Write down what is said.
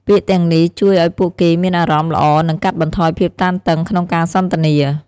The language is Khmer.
ពាក្យទាំងនេះជួយឱ្យពួកគេមានអារម្មណ៍ល្អនឺងកាត់បន្ថយភាពតានតឹងក្នុងការសន្ទនា។